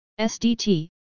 SDT